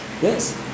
Yes